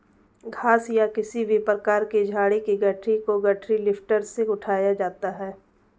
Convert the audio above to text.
घास या किसी भी प्रकार की झाड़ी की गठरी को गठरी लिफ्टर से उठाया जाता है